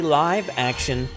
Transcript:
live-action